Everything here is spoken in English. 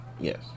Yes